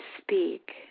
speak